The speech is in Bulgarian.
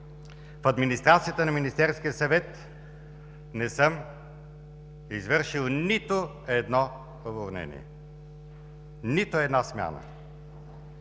В администрацията на Министерския съвет не съм извършил нито едно уволнение, нито една смяна.